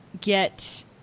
get